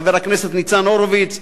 חבר הכנסת ניצן הורוביץ,